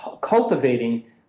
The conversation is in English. cultivating